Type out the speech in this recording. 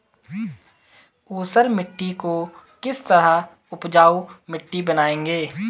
ऊसर मिट्टी को किस तरह उपजाऊ मिट्टी बनाएंगे?